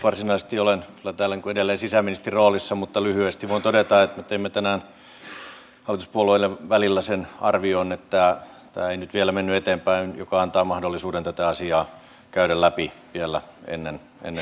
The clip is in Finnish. varsinaisesti olen täällä edelleen sisäministerin roolissa mutta lyhyesti voin todeta että teimme tänään hallituspuolueiden kesken sen arvion että tämä ei nyt vielä mennyt eteenpäin mikä antaa mahdollisuuden tätä asiaa käydä läpi vielä ennen kuin käsittely jatkuu